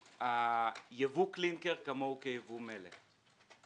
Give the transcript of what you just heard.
יבוא קלינקר כמוהו כיבוא מלט.